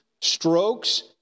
strokes